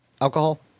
alcohol